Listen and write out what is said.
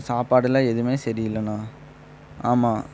சாப்பாடெலாம் எதுவுமே சரி இல்லைண்ணா ஆமா